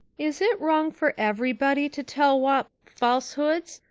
is it wrong for everybody to tell whop. falsehoods?